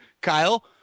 Kyle